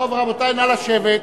רבותי, נא לשבת.